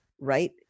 right